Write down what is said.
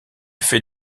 fait